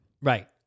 Right